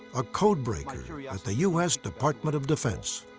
a code breaker, yeah yeah at the us department of defense.